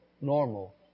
normal